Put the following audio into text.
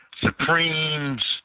Supremes